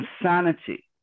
insanity